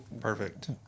Perfect